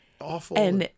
awful